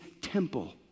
temple